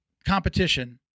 Competition